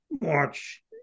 March